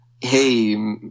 Hey